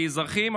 כאזרחים.